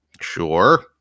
Sure